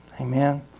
Amen